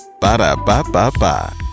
Ba-da-ba-ba-ba